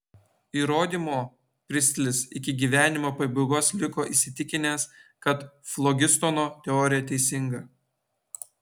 įrodymo pristlis iki gyvenimo pabaigos liko įsitikinęs kad flogistono teorija teisinga